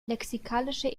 lexikalische